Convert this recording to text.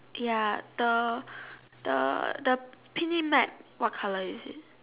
ya the the the picnic mat what color is it